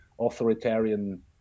authoritarian